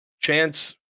Chance